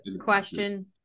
question